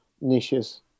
niches